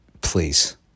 please